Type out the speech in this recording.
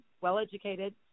well-educated